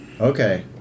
Okay